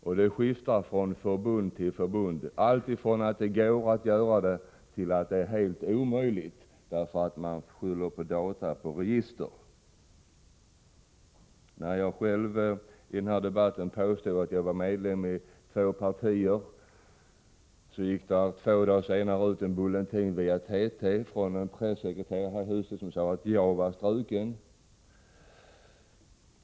Det är olika från förbund till förbund, alltifrån att det går att reservera sig till att det är helt omöjligt — man skyller då på dataregister. När jag själv i en debatt tidigare påstod att jag var medlem i två partier gick det två dagar senare ut en bulletin via TT från en pressekreterare här i huset som sade att jag var struken.